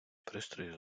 пристрої